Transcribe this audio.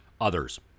others